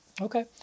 okay